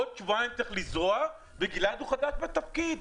עוד שבועיים צריך לזרוע וגלעד הוא חדש בתפקיד,